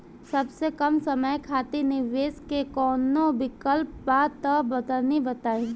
सबसे कम समय खातिर निवेश के कौनो विकल्प बा त तनि बताई?